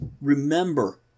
Remember